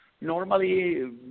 normally